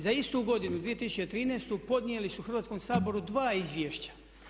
Za istu godinu 2013. podnijeli su Hrvatskom saboru 2 izvješća.